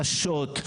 קשות,